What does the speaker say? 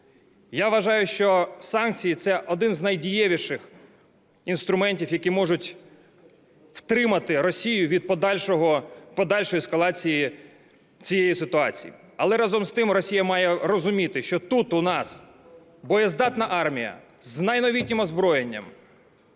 Я вважаю, що санкції – це один з найдієвіших інструментів, які можуть втримати Росію від подальшої ескалації цієї ситуації. Але разом з тим, Росія має розуміти, що тут у нас боєздатна армія з найновітнішим озброєнням